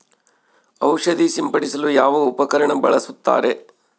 ಔಷಧಿ ಸಿಂಪಡಿಸಲು ಯಾವ ಉಪಕರಣ ಬಳಸುತ್ತಾರೆ?